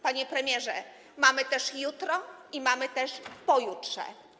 Panie premierze, mamy też jutro i mamy pojutrze.